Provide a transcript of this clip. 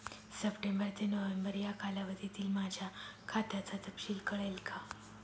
September ते November या कालावधीतील माझ्या खात्याचा तपशील कळेल का?